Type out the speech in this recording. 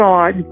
God